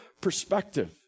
perspective